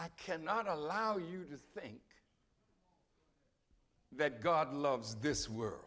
i cannot allow you to think that god loves this w